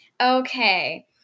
Okay